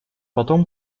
потом